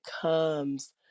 comes